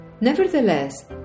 Nevertheless